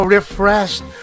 Refreshed